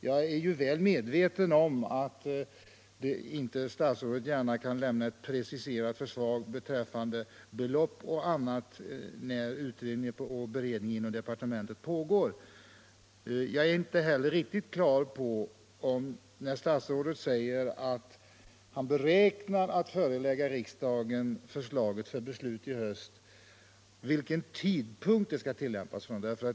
Jag är väl medveten om att statsrådet inte gärna kan lämna preciserade förslag beträffande belopp o. d. när utredning och beredning pågår inom departementet. Men jag är inte riktigt på det klara med, när statsrådet säger att han beräknar att förelägga riksdagen förslaget för beslut i höst, från vilken tidpunkt beslutet skall tillämpas.